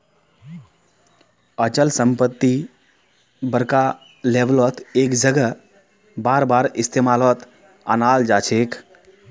अचल संपत्ति बड़का लेवलत एक जगह बारबार इस्तेमालत अनाल जाछेक